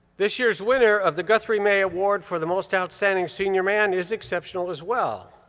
this year's winner of the guthrie may award for the most outstanding senior man is exceptional as well.